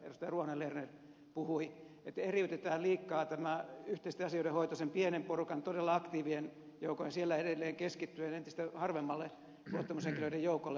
ruohonen lerner puhui että eriytetään liikaa tämä yhteisten asioiden hoito sille pienelle porukalle todella aktiivien joukolle ja siellä edelleen keskittyen entistä harvemmalle luottamushenkilöiden joukolle